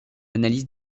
analyse